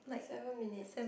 seven minutes